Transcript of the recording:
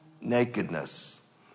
nakedness